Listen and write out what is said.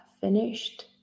finished